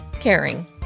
caring